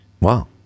Wow